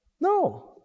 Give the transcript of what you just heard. No